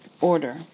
order